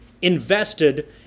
invested